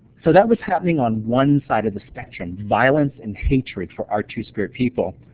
so that was happening on one side of the spectrum violence and hatred for our two-spirit people.